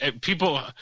people